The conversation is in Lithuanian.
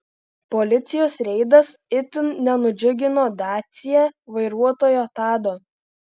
policijos reidas itin nenudžiugino dacia vairuotojo tado